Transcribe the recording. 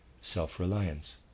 self-reliance